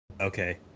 Okay